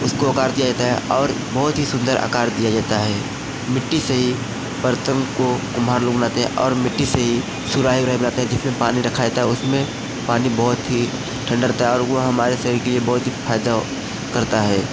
उसको आकार दिया जाता है और बहुत ही सुंदर आकार दिया जाता है मिट्टी से ही बर्तन को कुम्हार लोग बनाते हैं और मिट्टी से ही सुराही वुराही बनाते हैं जिसमें पानी रखा जाता है उसमें पानी बहुत ही ठंडा रहता है और वह हमारे शरीर के लिए बहुत ही फ़ायदा करता है